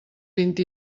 vint